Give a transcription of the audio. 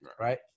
Right